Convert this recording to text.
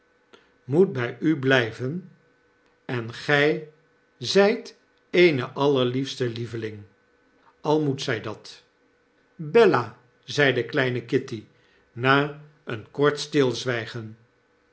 moet bij u blgven en gij zgt eene allerliefste lieveling al moet zg dat bella zeide kleine kitty na een kortstilzwijgen